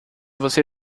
você